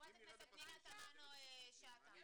חברת הכנסת פנינה תמנו-שטה --- אם